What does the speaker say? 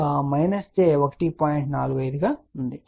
45 గా ఉంది